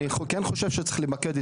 אני כן חושב שצריך למקד,